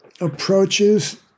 approaches